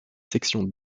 sections